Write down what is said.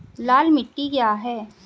लाल मिट्टी क्या है?